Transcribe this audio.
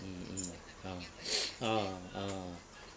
mm mm ah ah ah